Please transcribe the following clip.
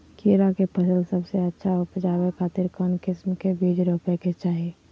खीरा के फसल सबसे अच्छा उबजावे खातिर कौन किस्म के बीज रोपे के चाही?